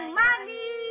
money